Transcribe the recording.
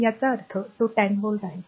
याचा अर्थ तो 10 व्होल्ट आहे